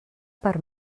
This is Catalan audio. per